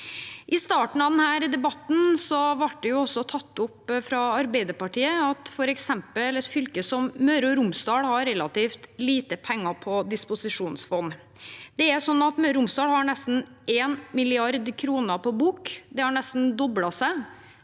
I starten av denne debatten ble det tatt opp fra Arbeiderpartiet at f.eks. et fylke som Møre og Romsdal hadde relativt lite penger på disposisjonsfond. Det er slik at Møre og Romsdal har nesten 1 mrd. kr på bok. Det har nesten doblet seg